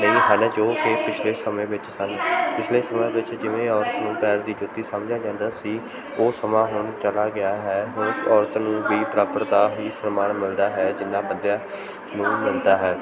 ਨਹੀਂ ਹਨ ਜੋ ਕਿ ਪਿਛਲੇ ਸਮੇਂ ਵਿੱਚ ਸਾਨੂੰ ਪਿਛਲੇ ਸਮੇਂ ਵਿੱਚ ਜਿਵੇਂ ਔਰਤ ਨੂੰ ਪੈਰ ਦੀ ਜੁੱਤੀ ਸਮਝਿਆ ਜਾਂਦਾ ਸੀ ਉਹ ਸਮਾਂ ਹੁਣ ਚਲਾ ਗਿਆ ਹੈ ਔਰਤ ਨੂੰ ਵੀ ਬਰਾਬਰ ਦਾ ਵੀ ਸਨਮਾਨ ਮਿਲਦਾ ਹੈ ਜਿੰਨਾ ਬੰਦਿਆਂ ਨੂੰ ਮਿਲਦਾ ਹੈ